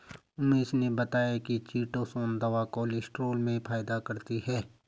उमेश ने बताया कि चीटोसोंन दवा कोलेस्ट्रॉल में फायदा करती है